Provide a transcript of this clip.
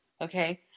okay